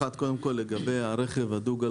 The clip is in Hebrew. קודם כל, לגבי הרכב הדו גלגלי.